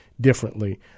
differently